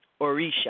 Orisha